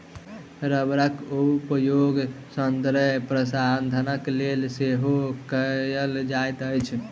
रबड़क उपयोग सौंदर्य प्रशाधनक लेल सेहो कयल जाइत अछि